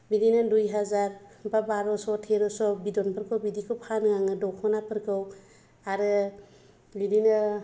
बिदिनो दुइ हाजार बा बार'स' तेर'स' बिदनफोरखौ बिदिखौ फानो आङो दखनाफोरखौ आरो बिदिनो